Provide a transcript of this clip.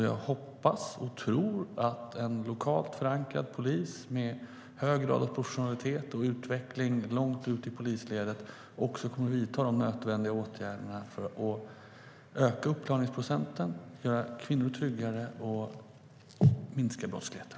Jag hoppas och tror att en lokalt förankrad polis med en hög grad av professionalitet och utveckling långt ute i polisledet kommer att vidta de nödvändiga åtgärderna för att öka uppklaringsprocenten, göra kvinnor tryggare och minska brottsligheten.